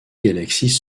galaxies